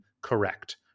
correct